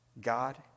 God